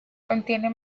contiene